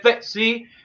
see